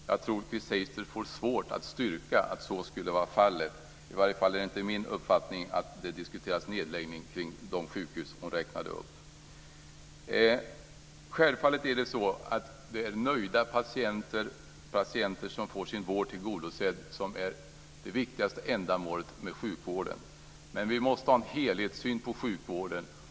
Jag tror att Chris Heister får svårigheter med att styrka att så är fallet; i varje fall är det inte min uppfattning att nedläggning diskuteras vad gäller de sjukhus som hon räknade upp. Självfallet är det nöjda patienter, patienter som får sin vård tillgodosedd, som är det viktigaste ändamålet med sjukvården. Vi måste ha en helhetssyn på sjukvården.